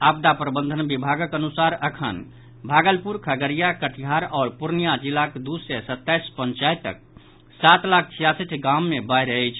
आपदा प्रबंधन विभागक अनुसार अखन भागलपुर खगड़िया कटिहार आओर पूर्णिया जिलाक दू सय सत्ताईस पंचायतक सात सय छियासठि गाम मे बाढ़ि अछि